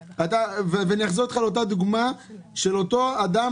ואני אחזור איתך לאותה דוגמה של אותו אדם